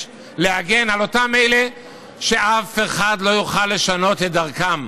להגן על אלה שאף אחד לא יוכל לשנות את דרכם.